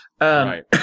Right